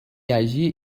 hagi